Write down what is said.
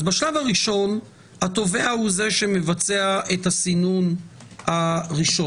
אז בשלב הראשון התובע הוא זה שמבצע את הסינון הראשון.